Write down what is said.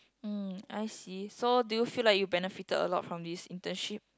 um I see so do you feel like you benefited a lot from this internship